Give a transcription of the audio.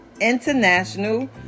International